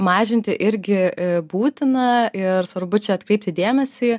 mažinti irgi būtina ir svarbu čia atkreipti dėmesį